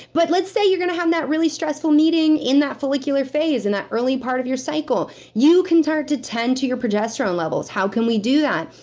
but let's say you're gonna have that really stressful meeting in that follicular phase, in that early part of your cycle, you can start to tend to your progesterone levels. how can we do that?